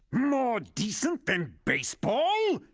more decent than baseball?